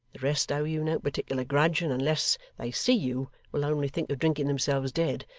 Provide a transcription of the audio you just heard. the rest owe you no particular grudge, and, unless they see you, will only think of drinking themselves dead.